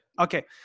Okay